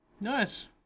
Nice